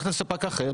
הלכתם לספק אחר?